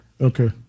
Okay